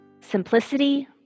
Simplicity